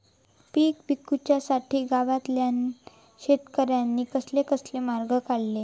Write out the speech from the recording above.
पीक विकुच्यासाठी गावातल्या शेतकऱ्यांनी कसले कसले मार्ग काढले?